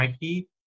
IP